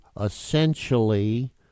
essentially